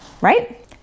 right